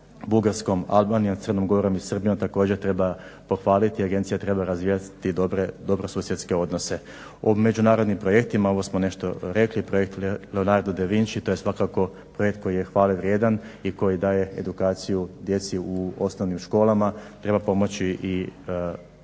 Bugarskom, Albanijom, Crnom Gorom i Srbijom također treba pohvaliti i agencija treba razvijati dobre dobrosusjedske odnose. U međunarodnim projektima ovo smo nešto rekli projekt Leonardo da Vinci to je svakako projekt koji je hvale vrijedan i koji daje edukaciju djeci u osnovnim školama. Treba pomoći i